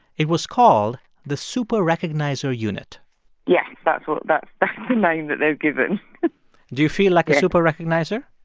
it was called the super-recognizer unit yes, that's what that's the name that they've given do you feel like a super-recognizer?